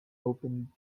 opened